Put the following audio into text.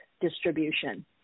distribution